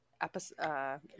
episode